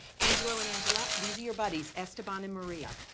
angelo and angela, these are your buddies, esteban and maria.